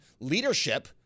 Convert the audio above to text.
leadership